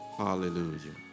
Hallelujah